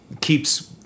keeps